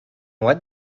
what